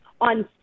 on